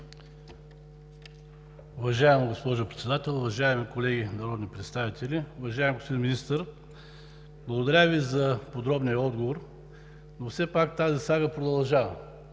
Уважаема госпожо Председател, уважаеми колеги народни представители! Уважаеми господин Министър, благодаря Ви за подробния отговор, но все пак тази сага продължава.